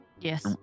Yes